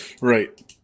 right